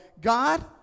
God